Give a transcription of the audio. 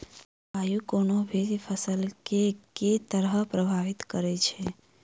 जलवायु कोनो भी फसल केँ के तरहे प्रभावित करै छै?